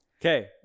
Okay